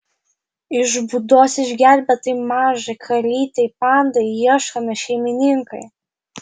iš būdos išgelbėtai mažai kalytei pandai ieškomi šeimininkai